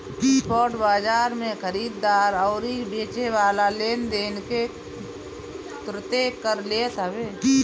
spot बाजार में खरीददार अउरी बेचेवाला लेनदेन के तुरंते कर लेत हवे